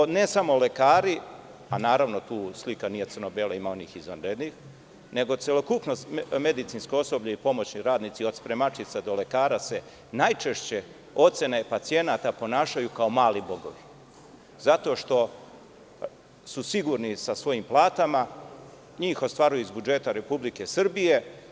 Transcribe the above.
Kažem, ne samo lekari, a naravno tu slika nije crno-bela, ima onih izvanrednih, nego celokupno medicinsko osoblje i pomoćni radnici od spremačica do lekara se najčešće, po ocenama pacijenata, ponašaju kao mali bogovi zato što su sigurni sa svojim platama, njih ostvaruju iz budžeta Republike Srbije.